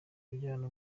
kubyarana